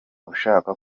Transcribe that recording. ushaka